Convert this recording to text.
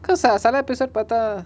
cause ah செல:sela episode பாத்தா:paatha